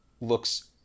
looks